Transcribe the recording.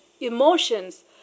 emotions